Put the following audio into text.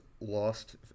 lost